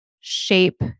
shape